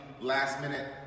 last-minute